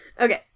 Okay